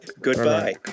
goodbye